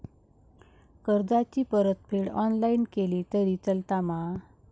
कर्जाची परतफेड ऑनलाइन केली तरी चलता मा?